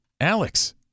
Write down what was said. Alex